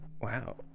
Wow